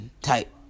type